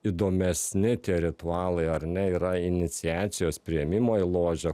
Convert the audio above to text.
įdomesni tie ritualai ar ne yra iniciacijos priėmimo į ložę